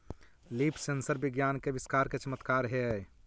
leaf sensor विज्ञान के आविष्कार के चमत्कार हेयऽ